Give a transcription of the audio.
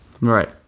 Right